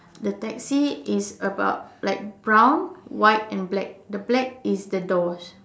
the taxi is about like brown white and black the black is the doors